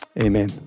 amen